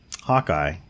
Hawkeye